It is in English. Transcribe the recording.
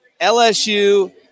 LSU –